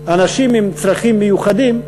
אנשים עם צרכים מיוחדים,